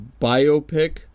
biopic